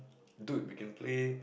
dude we can play